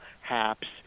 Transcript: haps